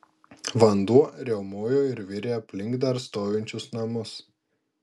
vanduo riaumojo ir virė aplink dar stovinčius namus